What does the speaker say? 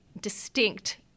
distinct